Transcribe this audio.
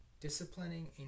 Disciplining